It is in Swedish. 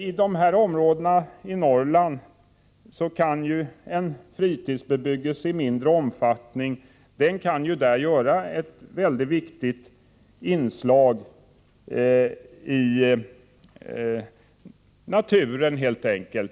I dessa områden i Norrland kan en fritidsbebyggelse i mindre omfattning vara ett mycket viktigt inslag i naturen.